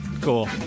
cool